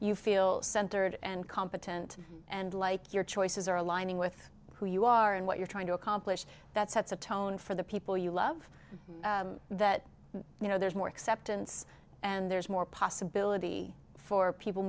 you feel centered and competent and like your choices are aligning with who you are and what you're trying to accomplish that sets a tone for the people you love that you know there's more acceptance and there's more possibility for people